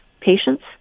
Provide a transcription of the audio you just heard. patients